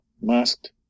masked